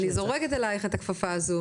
אז אני זורקת אלייך את הכפפה הזו